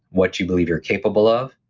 what you believe you're capable of,